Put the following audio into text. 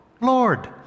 Lord